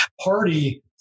Party